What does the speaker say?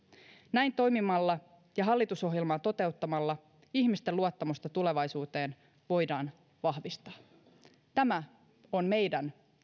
näin toimimalla ja hallitusohjelmaa toteuttamalla ihmisten luottamusta tulevaisuuteen voidaan vahvistaa tämä on meidän